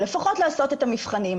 לפחות לעשות את המבחנים.